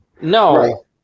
No